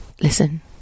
Listen